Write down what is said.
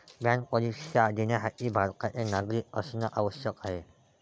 bank परीक्षा देण्यासाठी भारताचे नागरिक असणे आवश्यक आहे